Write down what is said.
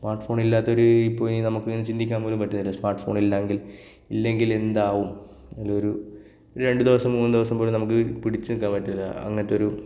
smart ഫോണില്ലാത്തൊരു ഇപ്പോൾ ഈ നമുക്ക് ചിന്തിക്കാന് പോലും പറ്റുന്നില്ല സ്മാര്ട്ട് ഫോണ് ഇല്ലെങ്കിൽ ഇല്ലെങ്കിലെന്താകും ഒരു രണ്ടു ദിവസം മൂന്ന് ദിവസം പോലും നമുക്ക് പിടിച്ചു നിൽക്കാന് പറ്റില്ല അങ്ങനത്തൊരു